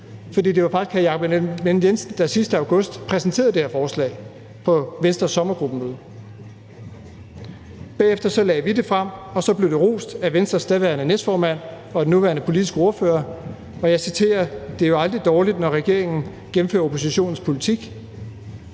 for det var jo faktisk hr. Jakob Ellemann-Jensen, der sidste august præsenterede det her forslag på Venstres sommergruppemøde. Bagefter lagde vi det frem, og så blev det rost af Venstres daværende næstformand og nuværende politiske ordfører, og jeg citerer: Det er jo aldrig dårligt, når regeringen gennemfører oppositionens politik.